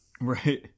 Right